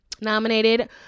Nominated